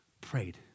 prayed